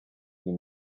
you